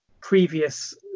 previous